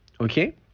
Okay